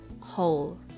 whole